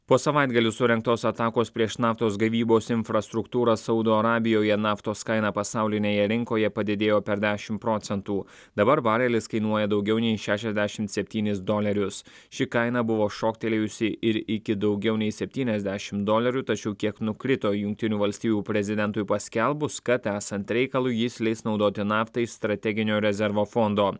po savaitgalių surengtos atakos prieš naftos gavybos infrastruktūrą saudo arabijoje naftos kaina pasaulinėje rinkoje padidėjo per dešimt procentų dabar barelis kainuoja daugiau nei šešiasdešimt septynis dolerius ši kaina buvo šoktelėjusi ir iki daugiau nei septyniasdešimt dolerių tačiau kiek nukrito jungtinių valstijų prezidentui paskelbus kad esant reikalui jis leis naudoti naftai strateginio rezervo fondo